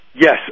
Yes